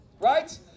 right